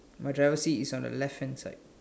my driver's seat is on the left hand side